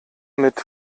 mit